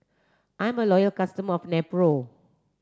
I am a loyal customer of Nepro